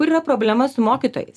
kur yra problema su mokytojais